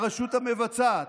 הרשות המבצעת,